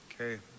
okay